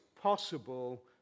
possible